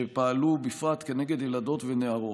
שפעלו בפרט כנגד ילדות ונערות.